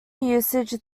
usage